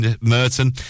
Merton